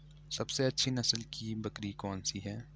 सबसे अच्छी नस्ल की बकरी कौन सी है?